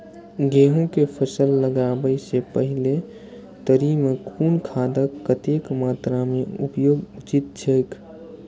गेहूं के फसल लगाबे से पेहले तरी में कुन खादक कतेक मात्रा में उपयोग उचित छेक?